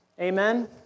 Amen